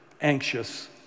anxious